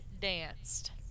danced